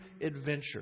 adventure